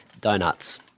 Donuts